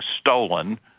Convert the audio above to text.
stolen